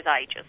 ages